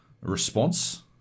response